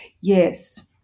Yes